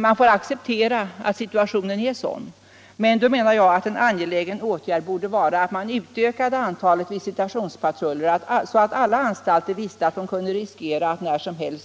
Man får acceptera = att situationen är sådan. Men då menar jag att en angelägen åtgärd borde = Anslag till kriminalvara att öka antalet visitationspatruller, så att man på alla anstalter visste — vården att man när som helst kunde